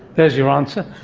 there's your answer.